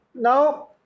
Now